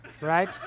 right